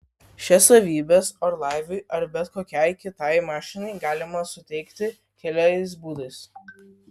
šias savybes orlaiviui ar bet kokiai kitai mašinai galima suteikti keliais būdais